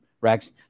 rex